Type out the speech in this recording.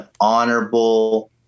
honorable